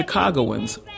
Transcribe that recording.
Chicagoans